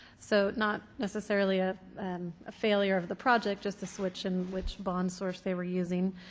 so not necessarily ah a failure of the project, just a switch in which bond source they were using.